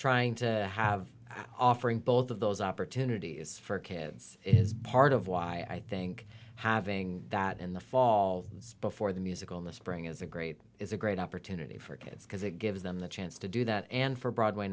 trying to have offering both of those opportunities for kids is part of why i think having that in the fall before the musical in the spring is a great is a great opportunity for kids because it gives them the chance to do that and for broadway